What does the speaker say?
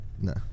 No